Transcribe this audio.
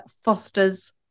fosters